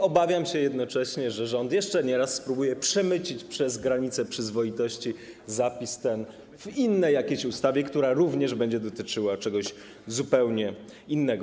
Obawiam się jednocześnie, że rząd jeszcze nieraz spróbuje przemycić przez granicę przyzwoitości ten zapis w jakiejś innej ustawie, która również będzie dotyczyła czegoś zupełnie innego.